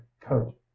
coat